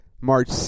March